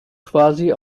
quasi